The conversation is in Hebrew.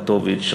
לטוביץ,